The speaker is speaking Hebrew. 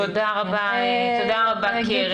תודה רבה, קרן.